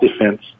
defense